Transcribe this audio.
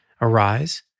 arise